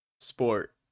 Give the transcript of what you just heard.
sport